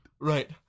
Right